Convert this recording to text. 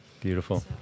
Beautiful